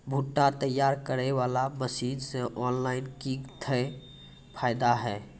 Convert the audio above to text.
भुट्टा तैयारी करें बाला मसीन मे ऑनलाइन किंग थे फायदा हे?